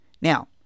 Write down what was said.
Now